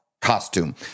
costume